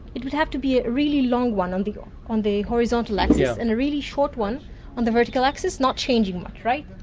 it would have to be a really long one on the um on the horizontal axis and a really short one on the vertical axis, not changing much, right?